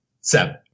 Seven